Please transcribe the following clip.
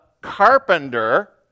carpenter